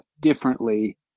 differently